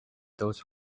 those